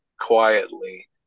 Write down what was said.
quietly